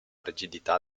rigidità